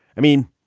i mean,